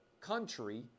country